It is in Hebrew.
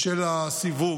בשל הסיווג,